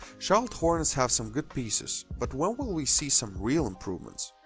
charlotte hornets have some good pieces, but when will we see some real improvements?